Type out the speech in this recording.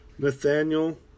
Nathaniel